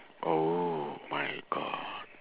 oh my god